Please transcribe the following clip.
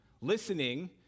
listening